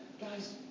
Guys